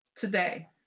today